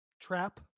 trap